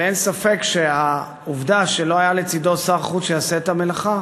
ואין ספק שהעובדה שלא היה לצדו שר חוץ שיעשה את המלאכה